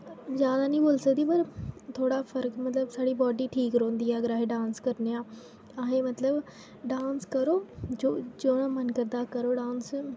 जैदा निं बोली सकदी पर थोह्ड़ा ते साढ़ी बाडी ठीक रौह्नंदी ऐ अगर अस डांस करने आ आहें मतलब डांस करो जौह्दा मन करदा करो डांस